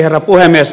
herra puhemies